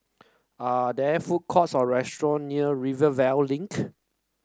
are there food courts or restaurant near Rivervale Link